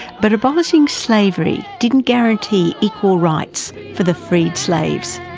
but abolishing slavery didn't guarantee equal rights for the freed slaves.